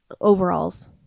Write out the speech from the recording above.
overalls